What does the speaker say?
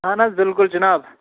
اہن حظ بِلکُل جِناب